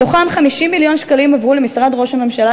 מתוכם 50 מיליון שקלים עברו למשרד ראש הממשלה